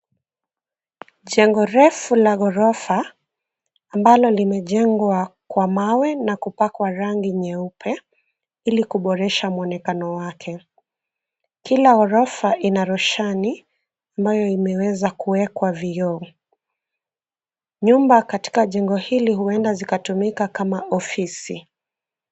Jengo refu la ghorofa ambalo limejengwa kwa mawe na kupakwa rangi nyeupe ili kuboresha mwonekano wake. Kila ghorofa ina roshani ambayo imeweza kuekwa vioo. Nyumba katika jengo hili huenda zikatumika kama ofisi.